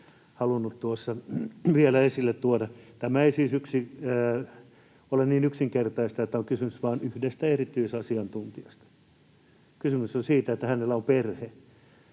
halunnut tuossa vielä esille tuoda. — Tämä ei siis ole niin yksinkertaista, että on kysymys vain yhdestä erityisasiantuntijasta. Kysymys on siitä, että hänellä on perhe,